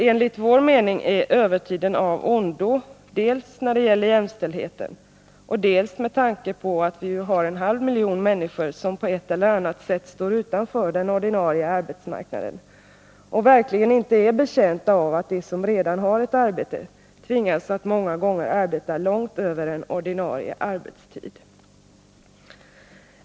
Enligt vår mening är övertiden av ondo dels när det gäller jämställdheten, dels med tanke på att vi ju har en halv miljon människor som på ett eller annat sätt står utanför den ordinarie arbetsmarknaden och verkligen inte är betjänta av att de som redan har ett arbete tvingas att ofta arbeta långt över ordinarie arbetstid.